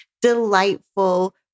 delightful